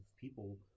people